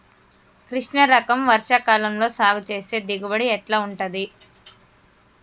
కృష్ణ రకం వర్ష కాలం లో సాగు చేస్తే దిగుబడి ఎట్లా ఉంటది?